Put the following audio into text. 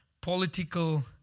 political